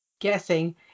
guessing